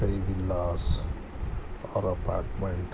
کئی ولاز اور اپارٹمینٹ